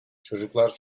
çocuklar